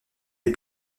les